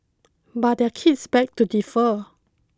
but their kids beg to differ